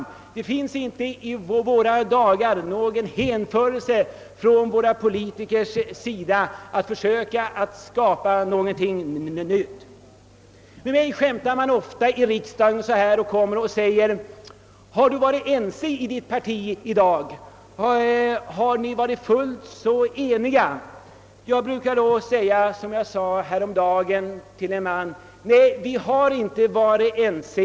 Det finns i våra dagar inte någon vilja hos våra politiker att försöka skapa något nytt. Med mig skämtar man ofta i riksdagen och frågar: Har du varit ense i ditt parti i dag? Har ni varit fullt eniga? Jag brukar då säga som jag sade häromdagen: Nej, vi har inte varit ense.